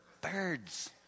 birds